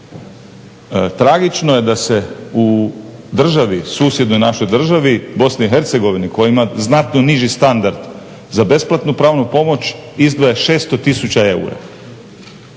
Tragično je da se u susjednoj našoj državi BiH koja ima znatno niži standard za besplatnu pravnu pomoć izdvaja 600 tisuća eura.